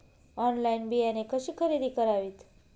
Online बियाणे कशी खरेदी करावीत?